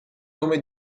nome